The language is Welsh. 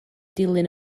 dilyn